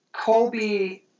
Colby